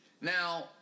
Now